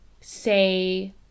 say